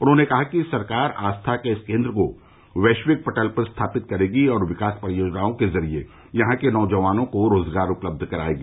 उन्होंने कहा कि सरकार आस्था के इस केंद्र को वैश्विक पटल पर स्थापित करेगी और विकास परियोजनाओं के जरिये यहां के नौजवानों को रोजगार उपलब्ध कराएगी